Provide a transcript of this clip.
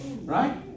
Right